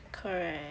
correct